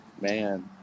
Man